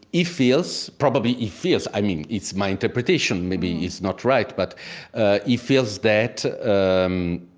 he feels probably he feels, i mean, it's my interpretation, maybe it's not right, but ah he feels that ah um